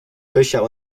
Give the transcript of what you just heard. fischer